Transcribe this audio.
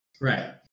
Right